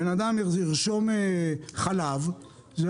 בן אדם יוכל לרשום את המילה "חלב" וזה